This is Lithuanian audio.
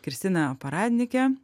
kristiną paradnikę